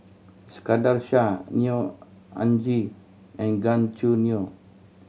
Iskandar Shah Neo Anngee and Gan Choo Neo